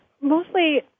mostly